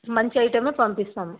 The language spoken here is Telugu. మంచి ఐటమే పంపిస్తాం